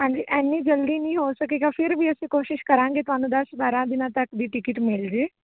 ਹਾਂਜੀ ਇੰਨੀ ਜਲਦੀ ਨਹੀਂ ਹੋ ਸਕੇਗਾ ਫਿਰ ਵੀ ਅਸੀਂ ਕੋਸ਼ਿਸ਼ ਕਰਾਂਗੇ ਤੁਹਾਨੂੰ ਦਸ ਬਾਰ੍ਹਾਂ ਦਿਨਾਂ ਤੱਕ ਦੀ ਟਿਕਟ ਮਿਲਜੇ